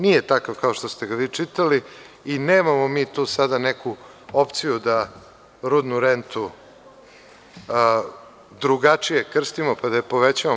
Nije takav kao što ste ga vi čitali i nemamo mi tu sada neku opciju da rudnu rentu drugačije krstimo pa da je povećamo.